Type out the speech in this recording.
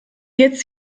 jetzt